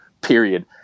period